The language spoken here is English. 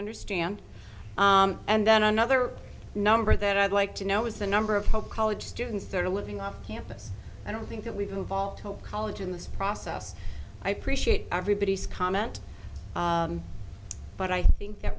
understand and then another number that i'd like to know is the number of public college students that are living on campus i don't think that we've evolved to college in this process i appreciate everybody's comment but i think that